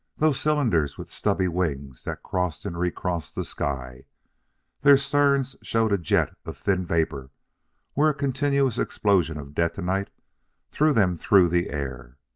those cylinders with stubby wings that crossed and recrossed the sky their sterns showed a jet of thin vapor where a continuous explosion of detonite threw them through the air.